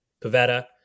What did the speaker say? Pavetta